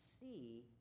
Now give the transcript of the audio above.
see